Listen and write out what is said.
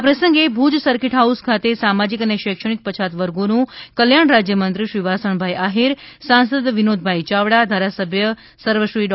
આ પ્રસંગે Bhuj circuit house ખાતે સામાજિક અને શૈક્ષણિક પછાત વર્ગોનું કલ્યાણ રાજ્યમંત્રી શ્રી વાસણભાઈ આહિર સાંસદ શ્રી વિનોદભાઈ ચાવડા ધારાસભ્ય સર્વશ્રી ડૉ